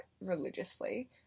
religiously